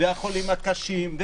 והחולים הקשים,